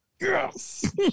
Yes